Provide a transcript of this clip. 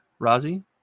Razi